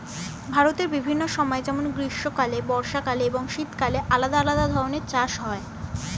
ভারতের বিভিন্ন সময় যেমন গ্রীষ্মকালে, বর্ষাকালে এবং শীতকালে আলাদা আলাদা ধরনের চাষ হয়